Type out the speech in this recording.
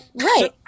Right